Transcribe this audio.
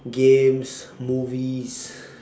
games movies